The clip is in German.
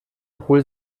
hol